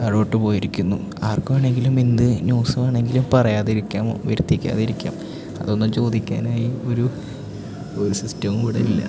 താഴോട്ടു പോയിരിക്കുന്നു ആരു വേണമെങ്കിലും ഇന്ന് ന്യൂസ് വേണമെങ്കിലും പറയാതിരിക്കാം വരിത്തിക്കാതിരിക്കാം അതൊന്നും ചോദിക്കാനായി ഒരു ഒരു സിസ്റ്റം കൂടെയില്ല